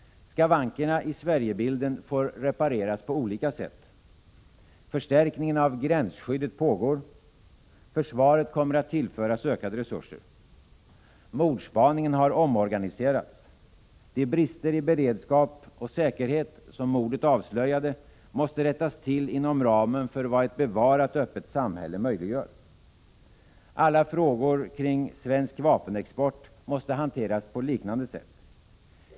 Skavankerna i Sverigebilden får repareras på olika sätt. Förstärkningen av gränsskyddet pågår. Försvaret kommer att tillföras ökade resurser. Mordspaningen har omorganiserats. De brister i beredskap och säkerhet som mordet avslöjade, måste rättas till inom ramen för vad ett bevarat öppet samhälle möjliggör. Alla frågor kring svensk vapenexport måste hanteras på liknande sätt.